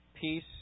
Peace